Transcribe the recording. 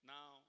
Now